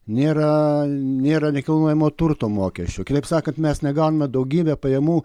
nėra nėra nekilnojamo turto mokesčio kitaip sakant mes negauname daugybę pajamų